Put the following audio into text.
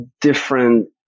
different